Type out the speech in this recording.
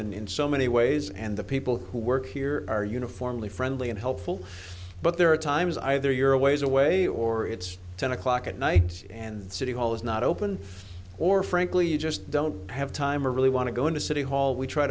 and in so many ways and the people who work here are uniformly friendly and helpful but there are times either you're always away or it's ten o'clock at night and city hall is not open or frankly you just don't have time or really want to go into city hall we try